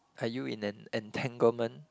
are you in an entanglement